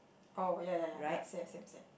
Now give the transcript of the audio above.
oh ya ya ya ya same same same